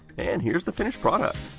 and here's the finished product!